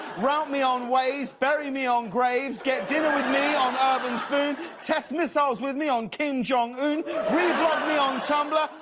route me on waze. bury me on graves. get dinner with me on urbanspoon. test missiles with me on kim jong-un. reblog me on tumblr.